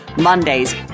Mondays